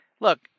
look